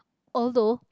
although